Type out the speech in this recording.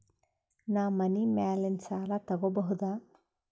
ನಾ ಮನಿ ಮ್ಯಾಲಿನ ಸಾಲ ತಗೋಬಹುದಾ?